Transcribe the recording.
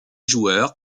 joueur